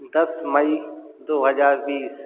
दस मई दो हज़ार बीस